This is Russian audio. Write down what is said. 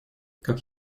как